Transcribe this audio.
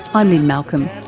i'm lynne malcolm,